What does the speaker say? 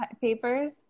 papers